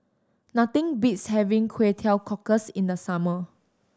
nothing beats having Kway Teow Cockles in the summer